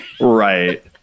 right